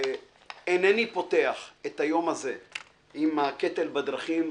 אינני פותח את היום הזה עם הקטל בדרכים,